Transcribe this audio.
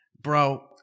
Bro